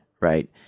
right